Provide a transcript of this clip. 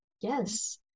Yes